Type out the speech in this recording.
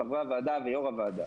חברי הכנסת ויו"ר הוועדה,